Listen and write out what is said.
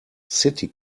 city